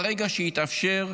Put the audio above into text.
ברגע שהתאפשר,